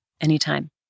anytime